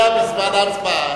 2),